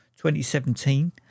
2017